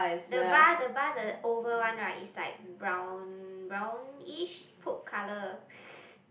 the bar the bar the oval one right is like brown brownish poop color